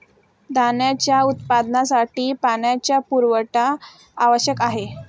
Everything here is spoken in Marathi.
धान्याच्या उत्पादनासाठी पाण्याचा पुरवठा आवश्यक आहे